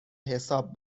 حساب